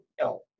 no